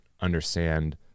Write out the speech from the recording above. understand